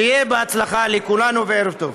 שיהיה בהצלחה לכולנו, וערב טוב.